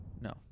No